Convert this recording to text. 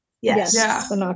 yes